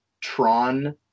Tron